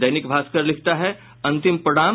दैनिक भास्कर लिखता है अंतिम प्रणाम